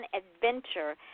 adventure